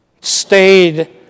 stayed